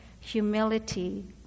humility